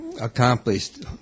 accomplished